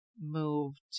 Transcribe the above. moved